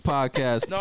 Podcast